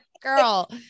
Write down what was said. girl